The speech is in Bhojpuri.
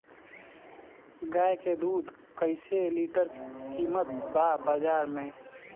गाय के दूध कइसे लीटर कीमत बा बाज़ार मे?